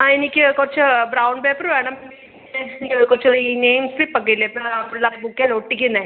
ആ എനിക്ക് കുറച്ച് ബ്രൗൺ പേപ്പറ് വേണം പിന്നെ എനിക്ക് കുറച്ച് ഈ നെയിം സ്ലിപ്പ് ഒക്കെ ഇല്ലേ ആ പിള്ളാരെ ബുക്കിൽ ഒട്ടിക്കുന്നത്